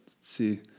see